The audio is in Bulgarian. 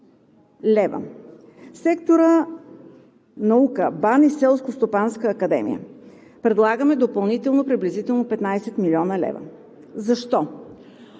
лв. В сектора „Наука“ – БАН и Селскостопанска академия, предлагаме допълнително приблизително 15 млн. лв. Защо?